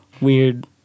weird